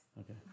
Okay